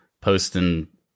posting